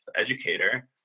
educator